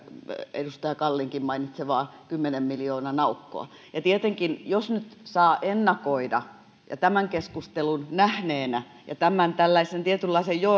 edustaja kallinkin mainitsemaa kymmenen miljoonan aukkoa ja tietenkin jos nyt saa ennakoida tämän keskustelun nähneenä ja tämän tällaisen tietynlaisen